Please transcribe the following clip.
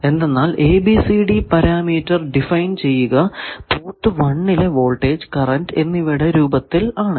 എന്തെന്നാൽ ABCD parameter define ചെയ്യുക port 1 ലെ വോൾടേജ് കറന്റ് എന്നിവയുടെ രൂപത്തിൽ ആണ്